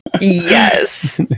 yes